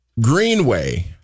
Greenway